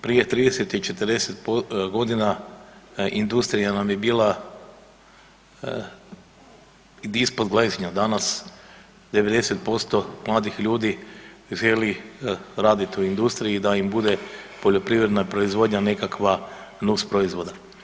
Prije 30 i 40 godina industrija nam je bila ispod gležnja, danas 90% mladih ljudi želi raditi u industriji i da im bude poljoprivredna proizvodnja nekakva nus proizvoda.